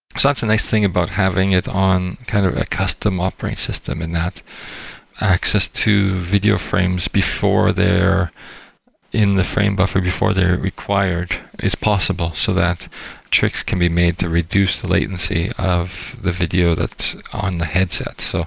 so that's a nice thing about having it on kind of a custom operating system, in that access to video frames before they're in the frame buffer, before they're required, is possible so that tricks can be made to reduce the latency of the video that's on the headset. so